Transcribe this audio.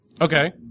Okay